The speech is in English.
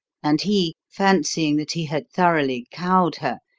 and he, fancying that he had thoroughly cowed her,